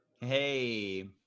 Hey